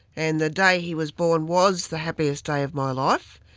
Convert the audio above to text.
and the day he was born was the happiest day of my life.